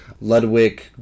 Ludwig